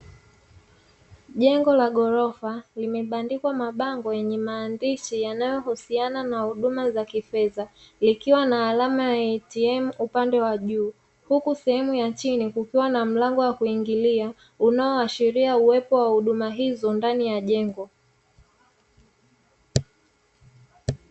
Jengo la ghorofa limebandikwa mabango yenye maandishi yanayohusiana na huduma za kifedha, likiwa na alama ya "ATM" upande wa juu, huku sehemu ya chini kukiwa na mlango wa kuingilia unaoashiria uwepo wa huduma hizo ndani ya jengo.